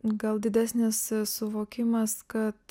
gal didesnis suvokimas kad